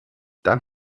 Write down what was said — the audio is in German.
dann